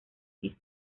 piso